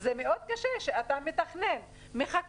זה מאוד קשה כי אתה מתכנן ומחכה